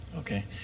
Okay